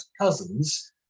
cousins